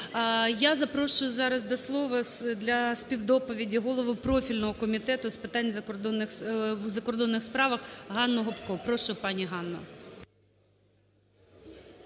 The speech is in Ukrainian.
Я запрошую зараз до слова для співдоповіді голову профільного Комітету у закордонних справах Ганну Гапко. Прошу, пані Ганно.